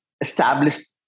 established